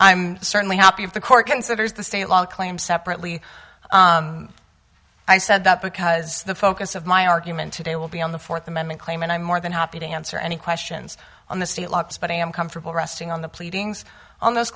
i'm certainly happy if the court considers the state law a claim separately i said that because the focus of my argument today will be on the fourth amendment claim and i'm more than happy to answer any questions on the state law but i am comfortable resting on the pleadings on those